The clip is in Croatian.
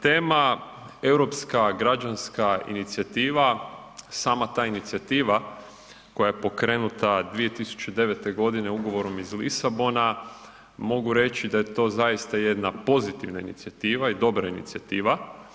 Tema Europska građanska inicijativa, sama ta inicijativa koja je pokrenuta 2009. godine ugovorom iz Lisabona, mogu reći da je to zaista jedna pozitivna inicijativa i dobra inicijativa.